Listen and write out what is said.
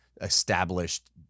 established